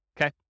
Okay